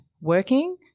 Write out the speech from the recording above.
working